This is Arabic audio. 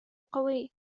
قوي